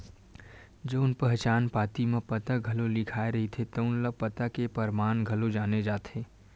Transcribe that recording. जउन पहचान पाती म पता घलो लिखाए रहिथे तउन ल पता के परमान घलो माने जाथे